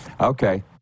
Okay